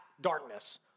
darkness